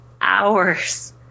hours